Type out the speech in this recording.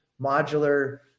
modular